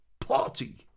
party